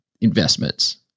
investments